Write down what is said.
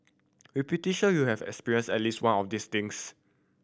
we're pretty sure you have experienced at least one of these things